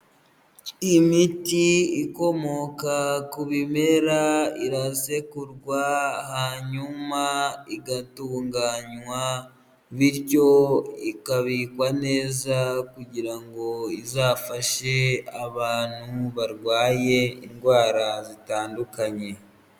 Imiti ikomoka ku bimera, irasekurwa hanyuma igatunganywa, bityo ikabikwa neza kugira ngo izafashe abantu barwaye indwara zitandukanye.